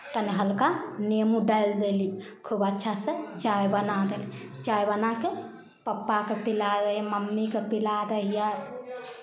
तनि हल्का नेमो डालि देली खूब अच्छासँ चाय बना देली चाय बना कऽ पप्पाके पिलाबै हइ मम्मीके पिला देलियै